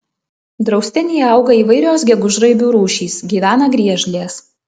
draustinyje auga įvairios gegužraibių rūšys gyvena griežlės